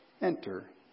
enter